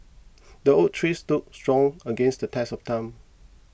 the oak tree stood strong against the test of time